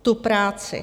Tu práci.